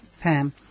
Pam